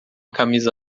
camisa